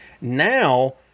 Now